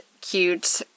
cute